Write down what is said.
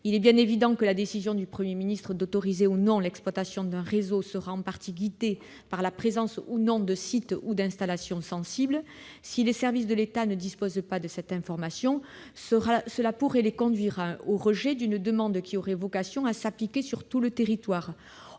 Il est bien évident que la décision du Premier ministre d'autoriser, ou non, l'exploitation d'un réseau sera en partie guidée par la présence, ou non, de sites ou d'installations sensibles. Si les services de l'État ne disposent pas de cette information, cela pourrait les conduire au rejet d'une demande qui aurait vocation à s'appliquer sur tout le territoire.